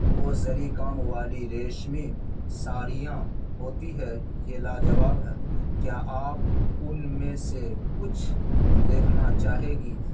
وہ زری کام والی ریشمی ساڑیاں ہوتی ہے یہ لاجواب ہے کیا آپ ان میں سے کچھ دیکھنا چاہے گی